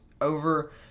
over